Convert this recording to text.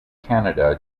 canada